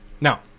now